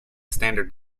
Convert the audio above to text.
standard